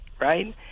right